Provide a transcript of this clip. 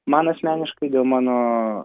man asmeniškai dėl mano